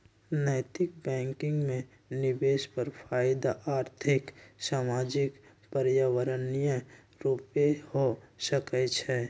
नैतिक बैंकिंग में निवेश पर फयदा आर्थिक, सामाजिक, पर्यावरणीय रूपे हो सकइ छै